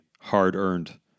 hard-earned